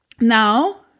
Now